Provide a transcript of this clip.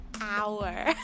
hour